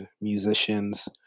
musicians